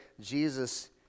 Jesus